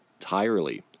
entirely